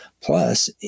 Plus